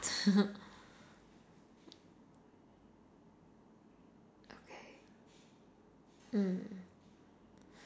mm